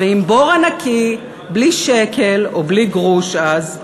ועם בור ענקי, בלי שקל או בלי גרוש, אז.